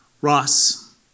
Ross